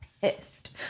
pissed